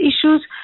issues